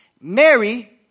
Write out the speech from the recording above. mary